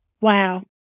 wow